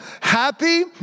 Happy